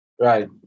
Right